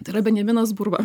tai yra benjaminas burba